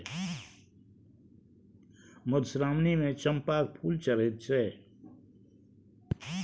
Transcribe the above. मधुश्रावणीमे चंपाक फूल चढ़ैत छै